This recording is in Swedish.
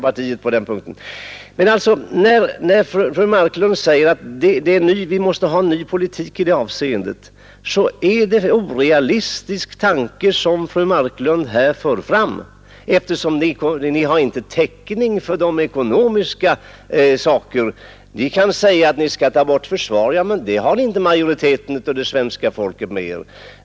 När fru Marklund säger att vi måste ha en ny politik i det avseendet är det en orealistisk tanke som fru Marklund för fram, eftersom ni inte har täckning för förslaget i ekonomiskt avseende. Ni kan säga att ni skall ta bort försvaret, men för det har ni inte majoriteten av det svenska folket med er.